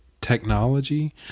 technology